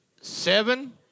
seven